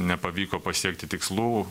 nepavyko pasiekti tikslų